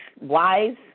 wise